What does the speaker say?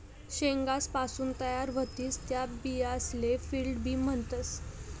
शेंगासपासून तयार व्हतीस त्या बियासले फील्ड बी म्हणतस